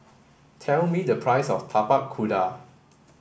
tell me the price of Tapak Kuda